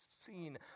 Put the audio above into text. seen